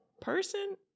person